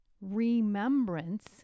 remembrance